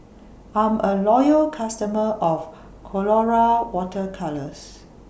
I'm A Loyal customer of Colora Water Colours